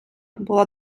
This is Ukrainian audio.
була